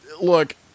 Look